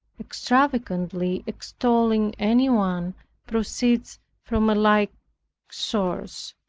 extravagantly extolling anyone proceeds from a like source.